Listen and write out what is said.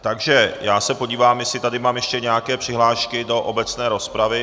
Takže se podívám, jestli tady mám ještě nějaké přihlášky do obecné rozpravy.